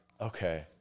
okay